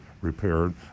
repaired